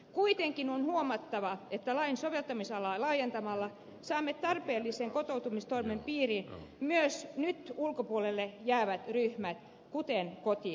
kuitenkin on huomattava että lain soveltamisalaa laajentamalla saamme tarpeellisten kotoutumistoimien piiriin myös nyt ulkopuolelle jäävät ryhmät kuten kotiäidit